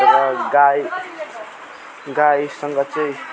तर गाई गाईसँग चाहिँ